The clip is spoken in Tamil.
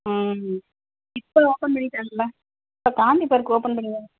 ம் இப்போ ஓப்பன் பண்ணிவிட்டாங்களா இப்போ காந்தி பார்க் ஓப்பன் பண்ணி தானே